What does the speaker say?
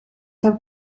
have